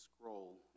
scroll